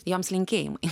joms linkėjimai